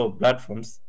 platforms